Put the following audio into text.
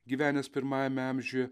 gyvenęs pirmajame amžiuje